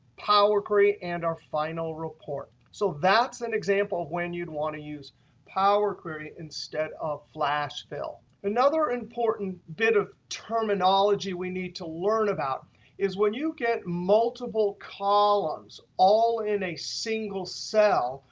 power query, and our final report. so that's an example of when you'd want to use power query instead of flash fill. another important bit of terminology we need to learn about is when you get multiple columns all in a single cell.